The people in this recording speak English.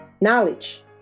Knowledge